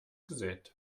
gesät